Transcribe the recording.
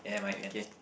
okay